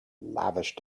lavish